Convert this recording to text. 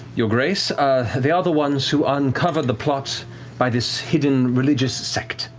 your grace. they are the ones who uncovered the plot by this hidden religious sect.